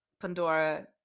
Pandora